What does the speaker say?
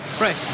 right